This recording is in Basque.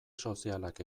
sozialak